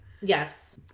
Yes